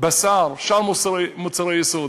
בשר ושאר מוצרי יסוד?